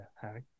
Harry